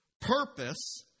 purpose